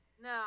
No